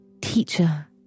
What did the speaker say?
Teacher